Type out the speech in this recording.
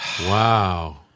Wow